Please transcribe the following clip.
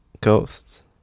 ghosts